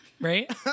right